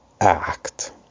act